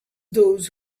those